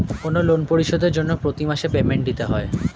কোনো লোন পরিশোধের জন্য প্রতি মাসে পেমেন্ট দিতে হয়